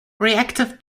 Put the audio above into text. reactive